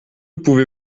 pouvez